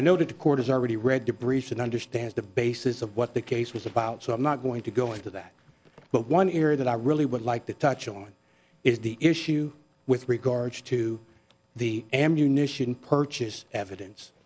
noted the court has already read the briefs and understand the basis of what the case was about so i'm not going to go into that but one area that i really would like to touch on is the issue with regards to the ammunition purchase evidence